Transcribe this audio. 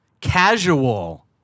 Casual